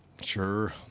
Sure